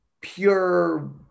pure